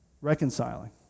Reconciling